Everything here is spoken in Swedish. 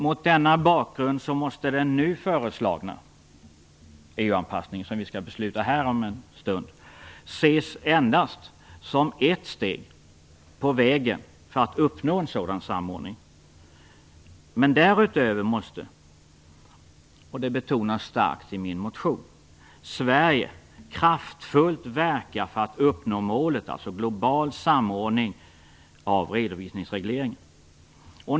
Mot denna bakgrund måste den nu föreslagna EU anpassningen, som vi skall besluta om i dag, ses endast som ett steg på vägen för att uppnå en sådan samordning. Men därutöver måste - och det betonas starkt i min motion - Sverige kraftfullt verka för att uppnå målet, alltså global samordning av redovisningsregleringen.